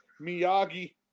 Miyagi